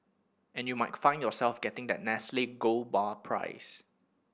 and you might find yourself getting that Nestle gold bar prize